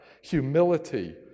humility